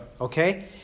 Okay